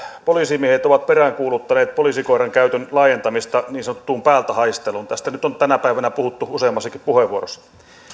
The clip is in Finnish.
poliisimiehet ovat peräänkuuluttaneet poliisikoiran käytön laajentamista niin sanottuun päältä haisteluun tästä nyt on tänä päivänä puhuttu useammassakin puheenvuorossa